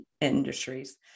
industries